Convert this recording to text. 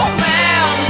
man